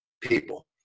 people